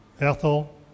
Ethel